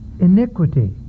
iniquity